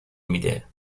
میده